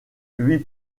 huit